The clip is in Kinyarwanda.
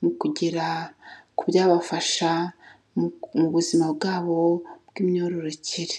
mu kugera ku byabafasha mu buzima bwabo bw'imyororokere.